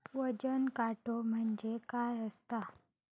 वजन काटो म्हणजे काय असता?